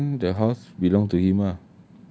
oh then the house belong to him ah